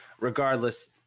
Regardless